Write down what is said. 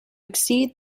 exceed